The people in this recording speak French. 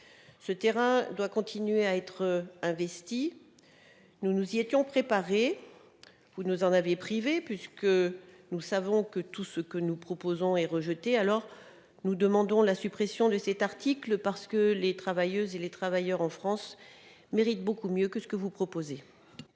Ce terrain doit continuer à être investi. Nous nous étions préparés en ce sens ; vous nous en avez privés, puisque nous savons que tout ce que nous suggérons sera rejeté. Nous demandons toutefois la suppression de cet article, parce que les travailleuses et les travailleurs en France méritent beaucoup mieux que ce que vous proposez.